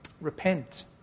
Repent